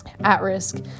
at-risk